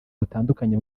butandukanye